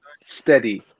steady